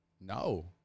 No